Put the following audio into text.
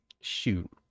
Shoot